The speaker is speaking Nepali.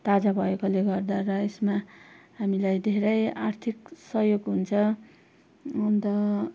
ताजा भएकोले गर्दा र यसमा हामीलाई धेरै आर्थिक सहयोग हुन्छ अन्त